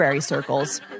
circles